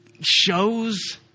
shows